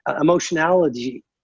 emotionality